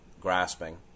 grasping